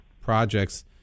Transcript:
projects